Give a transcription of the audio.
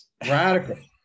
Radical